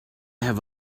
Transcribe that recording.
have